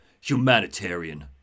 Humanitarian